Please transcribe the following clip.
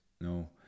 no